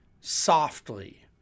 softly